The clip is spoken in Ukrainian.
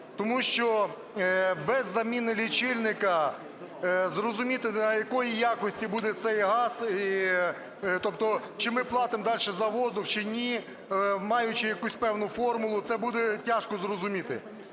Тому що без заміни лічильника зрозуміти, якої якості буде цей газ, тобто чи ми платимо далі за воздух, чи ні, маючи якусь певну формулу, це буде тяжко зрозуміти.